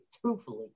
truthfully